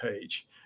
page